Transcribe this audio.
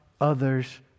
others